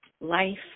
life